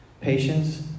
patience